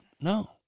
No